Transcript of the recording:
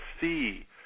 see